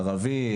ערביות,